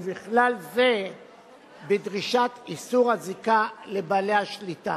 ובכלל זה בדרישת איסור הזיקה לבעלי השליטה.